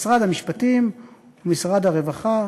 משרד המשפטים ומשרד הרווחה,